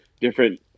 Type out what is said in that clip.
different